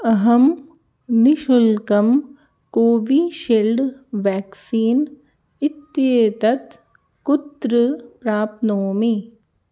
अहं निशुल्कं Covishield vaccine इत्येतत् कुत्र प्राप्नोमि